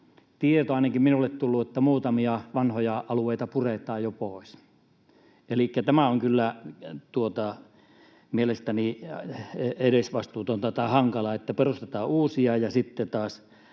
tieto ainakin minulle tullut, että muutamia vanhoja alueita puretaan jo pois. Elikkä tämä on kyllä mielestäni edesvastuutonta tai hankalaa, että perustetaan uusia ja sitten taas